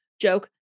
joke